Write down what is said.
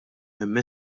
imma